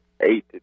eight